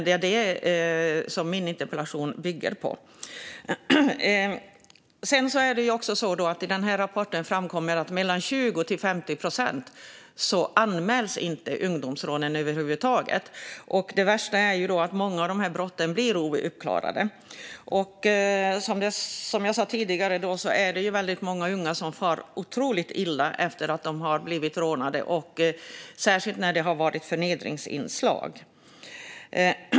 Det är den min interpellation bygger på. I rapporten framkommer att mellan 20 och 50 procent av ungdomsrånen inte anmäls över huvud taget, och det värsta är att många av brotten förblir ouppklarade. Som jag sa tidigare är det väldigt många unga som far otroligt illa efter att ha blivit rånade, särskilt när det har förekommit förnedringsinslag.